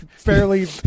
Fairly